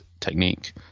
technique